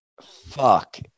Fuck